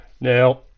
Now